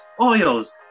oils